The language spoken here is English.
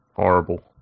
horrible